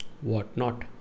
Whatnot